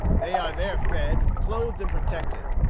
they are there fed, clothed, and protected.